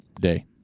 day